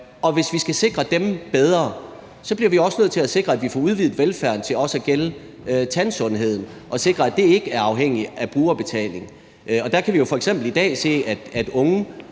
Og hvis vi skal sikre dem bedre, bliver vi nødt til at sikre, at vi får udvidet velfærden til også at gælde tandsundheden, sådan at den ikke er afhængig af brugerbetaling. Der kan vi i dag f.eks. se, at 40